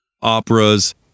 Operas